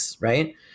Right